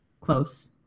close